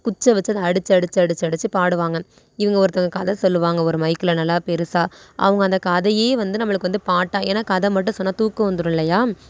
குச்சி வச்சு அதை அடித்து அடித்து அடித்து அடித்து பாடுவாங்க இவங்க ஒருத்தங்க கதை சொல்லுவாங்க ஒரு மைக்கில் நல்லா பெருசாக அவங்க அந்த கதையை வந்து நம்மளுக்கு வந்து பாட்டாக ஏன்னா கதை மட்டும் சொன்னால் தூக்கம் வந்துடும் இல்லையா